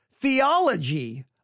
theology